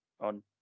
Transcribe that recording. on